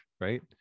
right